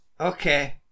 Okay